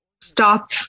stop